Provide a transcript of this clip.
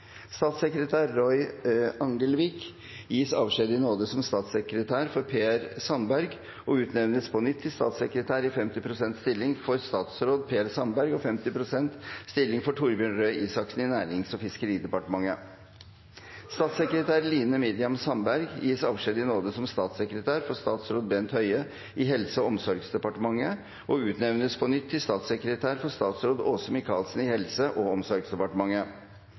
Statssekretær Roy Angelvik gis avskjed i nåde som statssekretær for Per Sandberg og utnevnes på nytt til statssekretær i 50 prosent stilling for statsråd Per Sandberg og 50 prosent stilling for Torbjørn Røe Isaksen i Nærings- og fiskeridepartementet. Statssekretær Line Miriam Sandberg gis avskjed i nåde som statssekretær for statsråd Bent Høie i Helse- og omsorgsdepartementet og utnevnes på nytt til statssekretær for statsråd Åse Michaelsen i Helse- og omsorgsdepartementet.